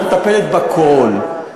היחידה הזאת מטפלת בכול,